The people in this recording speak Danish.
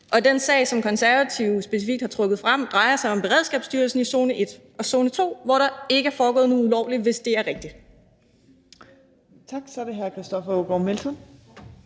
Den sag, som Konservative specifikt har trukket frem, drejer sig om Beredskabsstyrelsen i zone 1 og zone 2, hvor der ikke er foregået noget ulovligt, hvis det er rigtigt.